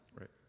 Right